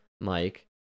Mike